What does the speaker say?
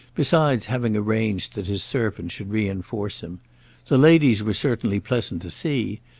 besides having arranged that his servant should reinforce him the ladies were certainly pleasant to see,